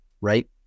right